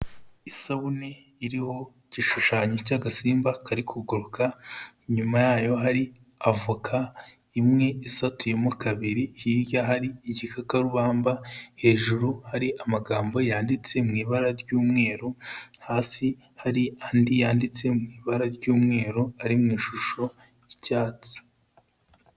Isabune iriho igishushanyo cy'agasimba kari kuguruka, inyuma yayo hari avoka, imwe isatuyemo kabiri, hirya hari igikakarubamba, hejuru hari amagambo yanditse ibara ry'umweru, hasi hari andi yanditse mu ibara ry'umweru, ari mu ishusho y'icyatsi.